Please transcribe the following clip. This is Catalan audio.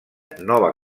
nova